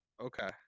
Okay